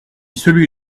celui